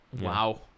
Wow